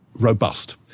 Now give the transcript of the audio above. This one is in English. robust